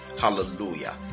Hallelujah